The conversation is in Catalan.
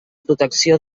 protecció